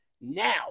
Now